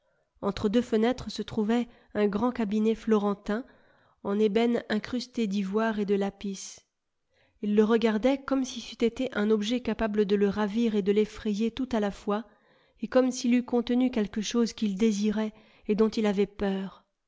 entre deux fenêtres se trouvait un grand cabinet florentin en ébène incrusté d'ivoire et de lapis le regardait comme si c'eût été un objet capable de le ravir et de l'effrayer tout à la fois et comme s'il eût contenu quelque chose qu'il désirait et dont il avait peur